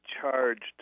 charged